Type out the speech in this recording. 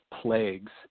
plagues